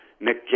Nick